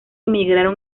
emigraron